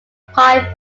pine